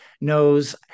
knows